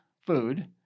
food